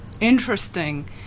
Interesting